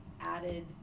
added